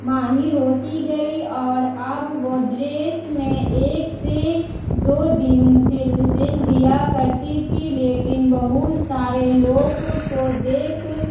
ماہر ہوتی گئی اور اب وہ ڈریس میں ایک سے دو دن سل سل دیا کرتی تھی لیکن بہت سارے لوگ کو دیکھ